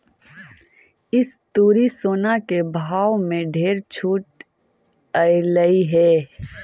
इस तुरी सोना के भाव में ढेर छूट अएलई हे